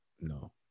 No